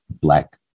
black